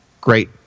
great